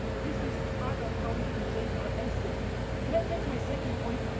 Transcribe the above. and this is part of how we can change our health system. so, that's that's my second point,